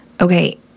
Okay